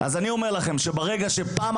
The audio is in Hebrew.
אז אני אומר לכם שברגע שתהיה התערבות,